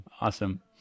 awesome